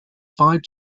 five